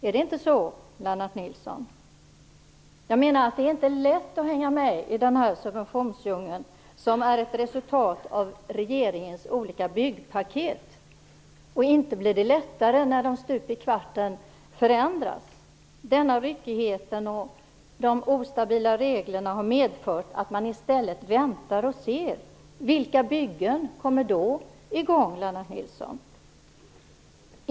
Är det inte så, Det är inte lätt att hänga med i den här subventionsdjungeln, som är ett resultat av regeringens olika byggpaket. Inte blir det lättare när de förändras stup i ett. Denna ryckighet och de ostabila reglerna har medfört att man i stället väntar och ser. Vilka byggen kommer då i gång, Lennart Nilsson?